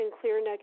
clear